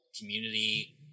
community